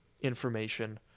information